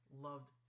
loved